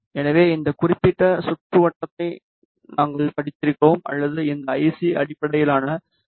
எனவே இந்த குறிப்பிட்ட சுற்றுவட்டத்தை நாங்கள் படித்திருக்கிறோம் அல்லது இந்த ஐசி அடிப்படையிலான வி